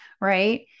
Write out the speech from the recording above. right